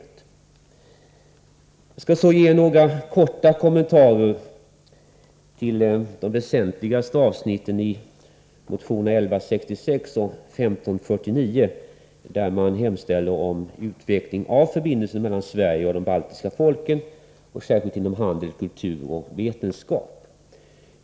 Jag skall härefter ge några korta kommentarer till de väsentligaste avsnitten i motionerna 1166 och 1549, i vilka man hemställt om utveckling av förbindelserna mellan Sverige och de baltiska folken, särskilt inom handel, kultur och vetenskap.